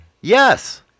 yes